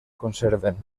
conserven